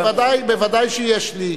ודאי שיש לי.